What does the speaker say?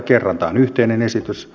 tämä on yhteinen esitys